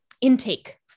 intake